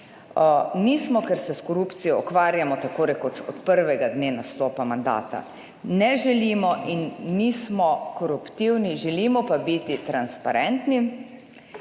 Nismo, ker se s korupcijo ukvarjamo tako rekoč od prvega dne nastopa mandata. Ne želimo in nismo koruptivni. Želimo pa biti transparentni.